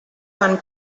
van